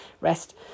rest